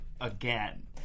again